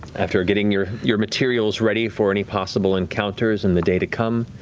after getting your your materials ready for any possible encounters in the day to come.